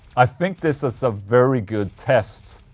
i think this is a very good test